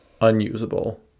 unusable